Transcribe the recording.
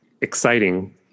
exciting